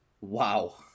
Wow